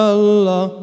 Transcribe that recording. Allah